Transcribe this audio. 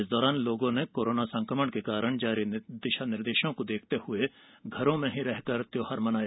इस दौरान लोगों ने कोरोना संक्रमण के कारण जारी दिशानिर्देशों को देखते हुए घरों में ही त्यौहार मनाया